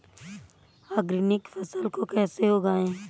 Organic फसल को कैसे उगाएँ?